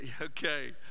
Okay